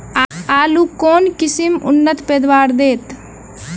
आलु केँ के किसिम उन्नत पैदावार देत?